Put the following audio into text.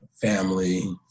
Family